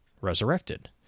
Resurrected